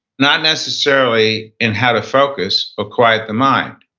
not necessarily in how to focus or quiet the mind.